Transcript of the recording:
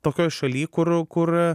tokioj šaly kur kur